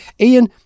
Ian